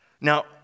Now